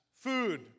food